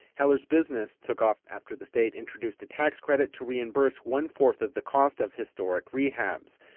heller's business took off after the state introduced a tax credit to reimburse one-fourth of the cost of historic rehabs.